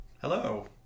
Hello